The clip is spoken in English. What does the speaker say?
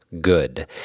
Good